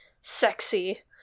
sexy